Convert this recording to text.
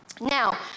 Now